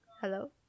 hello